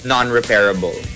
Non-repairable